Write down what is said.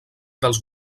dels